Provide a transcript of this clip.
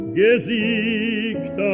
gesiegt